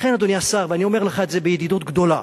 לכן, אדוני השר, ואני אומר לך את זה בידידות גדולה